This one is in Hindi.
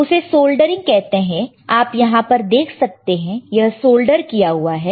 उसे सोल्डरिंग कहते हैं आप यहां पर देख सकते हैं यह सोल्डर किया हुआ है